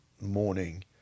morning